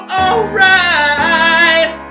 alright